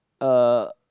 uh